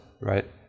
right